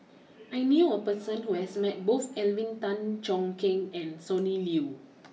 I knew a person who has met both Alvin Tan Cheong Kheng and Sonny Liew